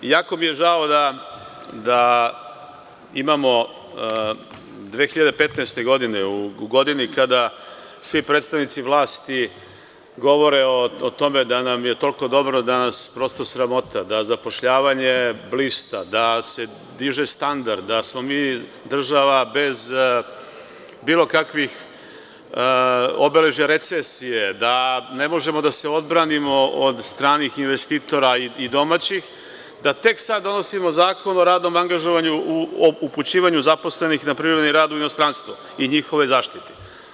Jako mi je žao da imamo 2015. godine, u godini kada svi predstavnici vlasti govore o tome da nam je toliko dobro da nas prosto sramota, da zapošljavanje blista, da se diže standard, da smo mi država bez bilo kakvih obeležja recesije, da ne možemo da se odbranimo od stranih investitora i domaćih, da tek sad donosimo zakon o radnom angažovanju, o upućivanju zaposlenih na privremeni rad u inostranstvo i o njihovoj zaštiti.